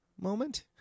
moment